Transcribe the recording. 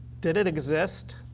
did it exist?